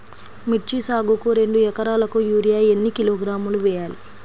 మిర్చి సాగుకు రెండు ఏకరాలకు యూరియా ఏన్ని కిలోగ్రాములు వేయాలి?